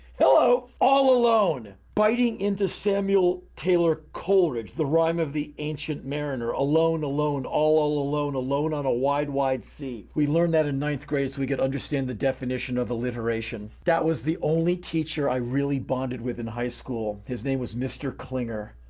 hello! all alone biting into samuel taylor coleridge, the rime of the ancient mariner alone, alone. all all alone. alone on a wide, wide sea. we learned that in ninth grade so we could understand the definition of alliteration. that was the only teacher i really bonded with in high school. his name was mr. clinger,